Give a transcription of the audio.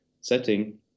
setting